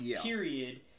period